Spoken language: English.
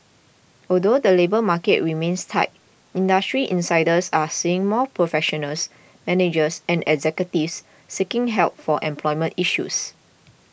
although the labour market remains tight industry insiders are seeing more professionals managers and executives seeking help for employment issues